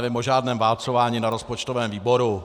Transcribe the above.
Nevím o žádném válcování na rozpočtovém výboru.